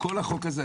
כל החוק הזה,